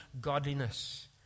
godliness